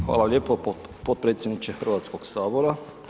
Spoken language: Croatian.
Hvala lijepo potpredsjedniče Hrvatskog sabora.